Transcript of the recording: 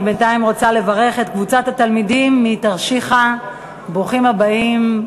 אני בינתיים רוצה לברך את קבוצת התלמידים מתרשיחא: ברוכים הבאים,